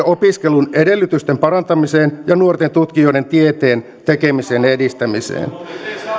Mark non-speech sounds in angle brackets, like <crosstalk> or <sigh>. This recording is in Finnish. <unintelligible> opiskelun edellytysten parantamiseen ja nuorten tutkijoiden tieteen tekemisen edistämiseen